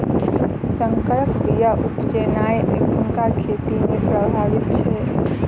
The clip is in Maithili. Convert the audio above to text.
सँकर बीया उपजेनाइ एखुनका खेती मे प्रभावी छै